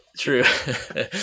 true